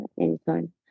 anytime